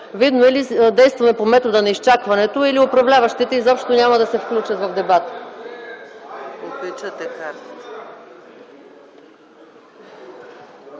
видно действаме или по метода на изчакването, или управляващите изобщо няма да се включат в дебата.